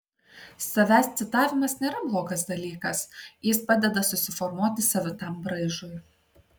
savęs citavimas nėra blogas dalykas jis padeda susiformuoti savitam braižui